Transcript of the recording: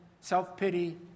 self-pity